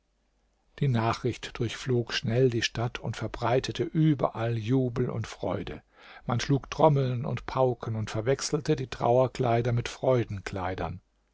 die nachricht durchflog schnell die stadt und verbreitete überall jubel und freude man schlug trommeln und pauken und verwechselte die trauerkleider mit